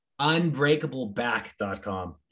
unbreakableback.com